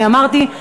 אני אמרתי,